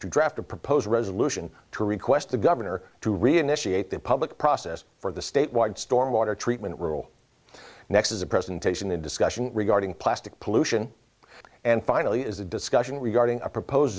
draft a proposed resolution to request the governor to reinitiate the public process for the state wide storm water treatment rule next is a presentation in discussion regarding plastic pollution and finally is a discussion regarding a proposed